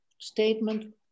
statement